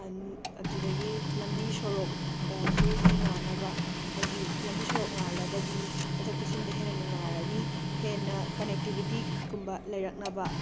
ꯑꯗꯨꯗꯒꯤ ꯂꯝꯕꯤ ꯁꯣꯔꯣꯛꯇꯁꯨ ꯃꯩ ꯉꯥꯟꯅꯕ ꯍꯥꯏꯗꯤ ꯂꯝꯕꯤ ꯁꯣꯔꯣꯛ ꯉꯥꯜꯂꯒꯗꯤ ꯆꯠꯊꯣꯛ ꯆꯠꯁꯤꯟꯗ ꯍꯦꯟꯅ ꯅꯨꯉꯥꯏꯔꯅꯤ ꯍꯦꯟꯅ ꯀꯅꯦꯛꯇꯤꯕꯤꯇꯤꯀꯨꯝꯕ ꯂꯩꯔꯛꯅꯕ